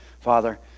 Father